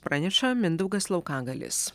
praneša mindaugas laukagalis